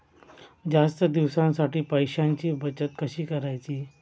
जास्त दिवसांसाठी पैशांची बचत कशी करायची?